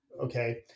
okay